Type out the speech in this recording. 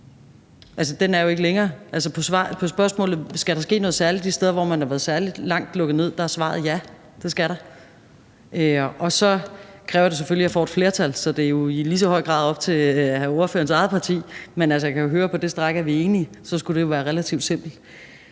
jo ikke længere. På spørgsmålet, om der skal ske noget særligt de steder, hvor man har været lukket ned i særlig lang tid, er svaret: Ja, det skal der. Og så kræver det selvfølgelig, at jeg får et flertal. Så det er jo i lige så høj grad op til spørgerens eget parti, men jeg kan høre, at vi på det stræk er enige. Så skulle det jo være relativt simpelt.